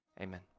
amen